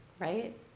right